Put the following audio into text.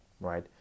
right